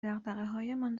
دغدغههایمان